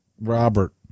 Robert